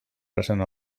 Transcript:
present